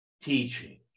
teaching